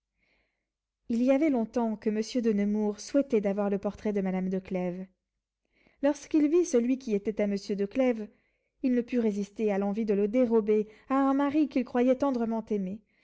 il y avait longtemps que monsieur de nemours souhaitait d'avoir le portrait de madame de clèves lorsqu'il vit celui qui était à monsieur de clèves il ne put résister à l'envie de le dérober à un mari qu'il croyait tendrement aimé